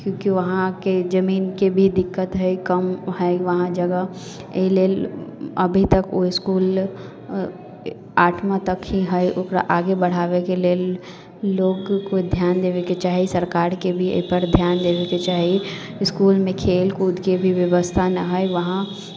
किएक कि वहाँके जमीनके भी दिक्कत है कम है वहाँ जगह एहि लेल अभी तक ओ इसकुल आठमा तक ही है ओकरा आगे बढ़ाबैके लेल लोकके ध्यान देबैके चाही सरकारके भी एहिपर ध्यान देबैके चाही इसकुलमे खेल कूदके भी व्यवस्था नहि है वहाँ